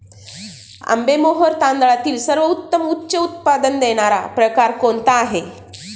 आंबेमोहोर तांदळातील सर्वोत्तम उच्च उत्पन्न देणारा प्रकार कोणता आहे?